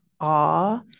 awe